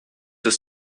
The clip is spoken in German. ist